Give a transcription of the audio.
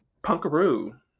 Punkaroo